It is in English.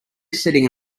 sitting